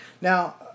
Now